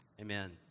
amen